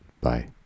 Bye